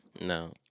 No